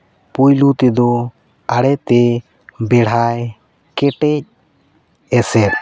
ᱯᱳᱭᱞᱳ ᱛᱮᱫᱚ ᱟᱲᱮᱛᱮ ᱵᱮᱲᱦᱟᱭ ᱠᱮᱴᱮᱡ ᱮᱥᱮᱫ